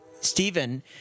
Stephen